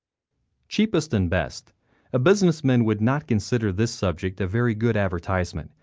cheapest and best a business man would not consider this subject a very good advertisement.